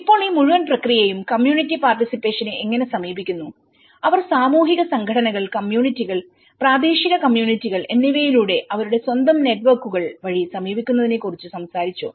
ഇപ്പോൾ ഈ മുഴുവൻ പ്രക്രിയയും കമ്മ്യൂണിറ്റി പാർട്ടിസിപ്പേഷനെ എങ്ങനെ സമീപിക്കുന്നു അവർ സാമൂഹിക സംഘടനകൾ കമ്മ്യൂണിറ്റികൾ പ്രാദേശിക കമ്മ്യൂണിറ്റികൾ എന്നിവയിലൂടെ അവരുടെ സ്വന്തം നെറ്റ്വർക്കുകൾ വഴി സമീപിക്കുന്നതിനെക്കുറിച്ച് സംസാരിച്ചു